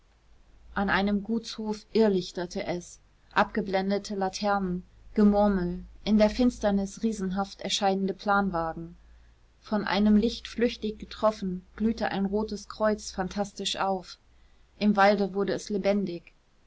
an einem gutshof irrlichterte es abgeblendete laternen gemurmel in der finsternis riesenhaft erscheinende planwagen von einem licht flüchtig getroffen glühte ein rotes kreuz phantastisch auf im walde wurde es lebendig